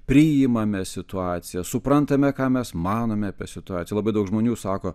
priimame situaciją suprantame ką mes manome apie situaciją labai daug žmonių sako